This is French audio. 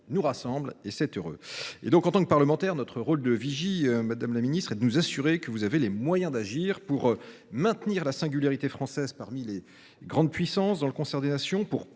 nous rassemblent, et c’est heureux. En tant que parlementaires, notre rôle de vigie, madame la ministre, est donc de nous assurer que vous avez les moyens d’agir pour à la fois maintenir la singularité française parmi les grandes puissances dans le concert des nations,